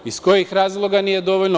Iz kojih razloga nije dovoljno?